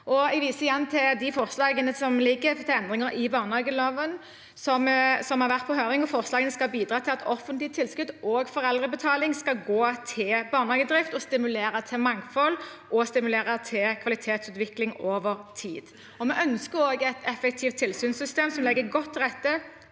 Jeg viser igjen til de forslagene om endringer i barnehageloven som har vært på høring. Forslagene skal bidra til at offentlige tilskudd og foreldrebetaling skal gå til barnehagedrift og stimulere til mangfold og kvalitetsutvikling over tid. Vi ønsker også et effektivt tilsynssystem som legger godt til